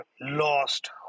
lost